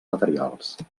materials